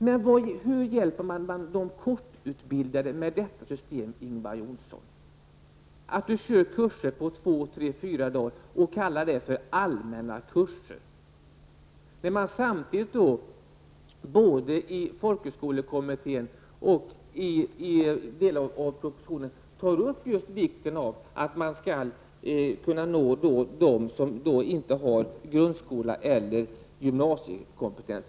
Men hur hjälper man de kortutbildade med att man kör kurser på två, tre eller fyra dagar och kallar det för allmänna kurser, Ingvar Johnsson? Samtidigt framhåller socialdemokraterna både i folkhögskolekommittén och i propositionen vikten av att kunna nå dem som inte har grundskole eller gymnasiekompetens.